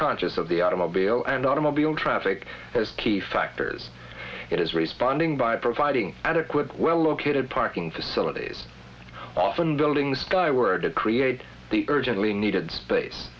conscious of the automobile and automobile traffic as key factors it is responding by providing adequate well located parking facilities often building skyward to create the urgently needed space